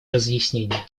разъяснение